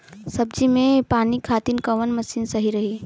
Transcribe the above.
सब्जी में पानी खातिन कवन मशीन सही रही?